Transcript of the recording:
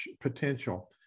potential